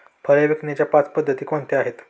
फळे विकण्याच्या पाच पद्धती कोणत्या आहेत?